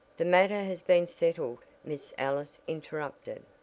the matter has been settled. miss ellis interrupted.